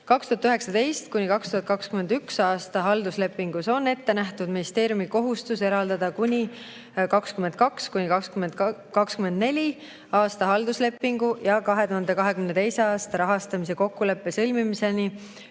2019.–2021. aasta halduslepingus on ette nähtud ministeeriumi kohustus eraldada 2022.–2024. aasta halduslepingu ja 2022. aasta rahastamise kokkuleppe sõlmimiseni